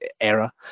era